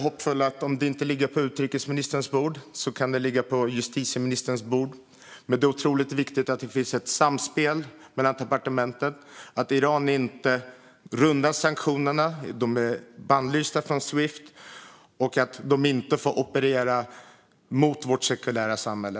Om detta inte ligger på utrikesministerns bord kanske det ligger på justitieministerns bord. Men det är otroligt viktigt att det finns ett samspel mellan departementen. Iran får inte runda sanktionerna. Man är bannlyst från Swift. Iran får inte operera mot vårt sekulära samhälle.